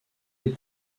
les